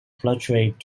fluctuate